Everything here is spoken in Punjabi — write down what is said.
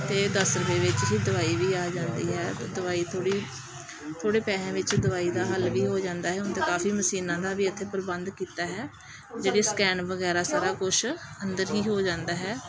ਅਤੇ ਦਸ ਰੁਪਏ ਵਿੱਚ ਹੀ ਦਵਾਈ ਵੀ ਆ ਜਾਂਦੀ ਹੈ ਅਤੇ ਦਵਾਈ ਥੋੜ੍ਹੀ ਥੋੜ੍ਹੇ ਪੈਸਿਆਂ ਵਿੱਚ ਦਵਾਈ ਦਾ ਹੱਲ ਵੀ ਹੋ ਜਾਂਦਾ ਹੈ ਹੁਣ ਤਾਂ ਕਾਫ਼ੀ ਮਸ਼ੀਨਾਂ ਦਾ ਵੀ ਇੱਥੇ ਪ੍ਰਬੰਧ ਕੀਤਾ ਹੈ ਜਿਹੜੇ ਸਕੈਨ ਵਗੈਰਾ ਸਾਰਾ ਕੁਛ ਅੰਦਰ ਹੀ ਹੋ ਜਾਂਦਾ ਹੈ